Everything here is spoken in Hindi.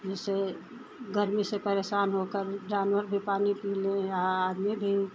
जिससे गर्मी से परेशान होकर जानवर भी पानी पी ले या आदमी भी